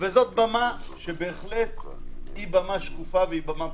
זו במה בהחלט שקופה ופומבית.